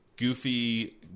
goofy